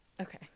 Okay